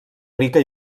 rica